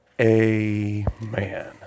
Amen